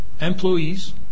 employees